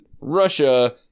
Russia